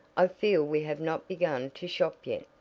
i feel we have not begun to shop yet,